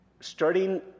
starting